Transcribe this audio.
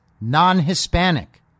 non-Hispanic